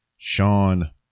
Sean